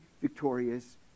victorious